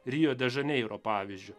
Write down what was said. rio de žaneiro pavyzdžiu